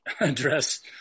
address